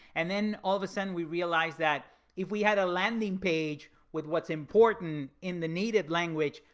and then all of a sudden we realized that if we had a landing page with what's important in the native language,